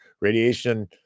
radiation